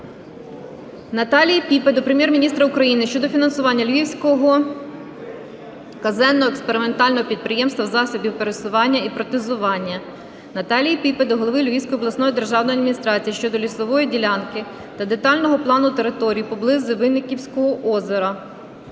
Наталії Піпи до Прем'єр-міністра України щодо фінансування Львівського казенного експериментального підприємства засобів пересування і протезування. Наталії Піпи до голови Львівської обласної державної адміністрації щодо лісової ділянки та детального плану території поблизу Винниківського озера.